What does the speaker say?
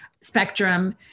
spectrum